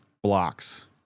blocks